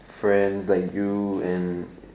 friend like you and